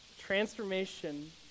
Transformation